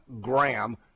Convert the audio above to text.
Graham